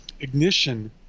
ignition